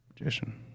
magician